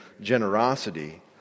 generosity